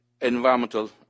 environmental